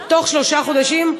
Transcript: בתוך שלושה חודשים,